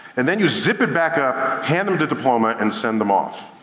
and then you zip it back up, hand them the diploma, and send them off.